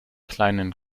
kleinen